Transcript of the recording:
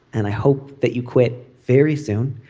and i hope that you quit very soon.